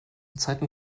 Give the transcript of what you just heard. zeiten